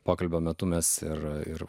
pokalbio metu mes ir